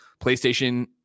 playstation